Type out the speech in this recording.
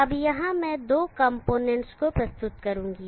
अब यहां मैं दो कंपोनेंट्स को प्रस्तुत करूंगा